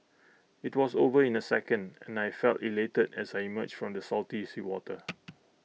IT was over in A second and I felt elated as I emerged from the salty seawater